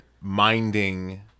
minding